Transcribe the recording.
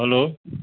hello